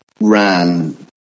ran